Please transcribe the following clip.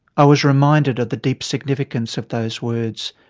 i was reminded of the deep significance of those words,